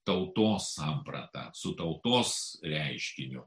tautos samprata su tautos reiškiniu